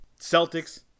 Celtics